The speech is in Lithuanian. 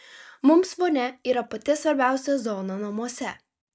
mums vonia yra pati svarbiausia zona namuose